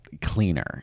cleaner